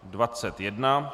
21.